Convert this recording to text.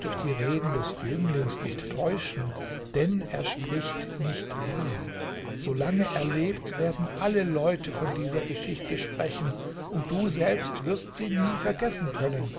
durch die reden des jünglings nicht täuschen denn er spricht nicht wahr so lange er lebt werden alle leute von dieser geschichte sprechen und du selbst wirst sie nie vergessen können